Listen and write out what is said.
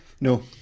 no